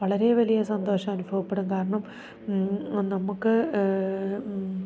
വളരെ വലിയ സന്തോഷം അനുഭവപ്പെടും കാരണം ആ നമ്മൾക്ക്